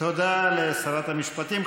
תודה לשרת המשפטים.